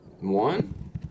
One